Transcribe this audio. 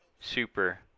super